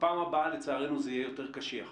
בפעם הבאה לצערנו זה יהיה יותר קשיח.